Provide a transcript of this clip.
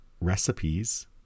recipes